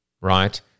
right